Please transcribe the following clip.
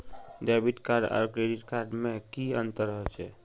Debit card आर credit card में की अंतर होचे?